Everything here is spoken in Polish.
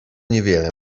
niewiele